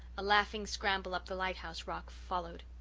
a laughing scramble up the lighthouse rock followed.